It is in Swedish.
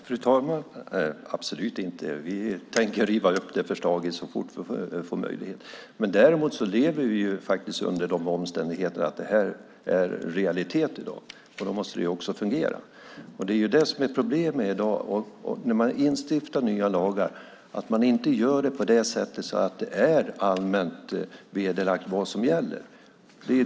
Fru talman! Absolut inte. Vi tänker riva upp det förslaget så fort vi får möjlighet. Däremot lever vi under de omständigheterna att det i dag är realitet, och då måste det också fungera. Problemet i dag är att man inte stiftar nya lagar på sådant sätt att det är allmänt vedertaget vad som gäller.